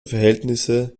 verhältnisse